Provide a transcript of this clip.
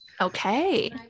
Okay